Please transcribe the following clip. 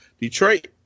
Detroit